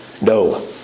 No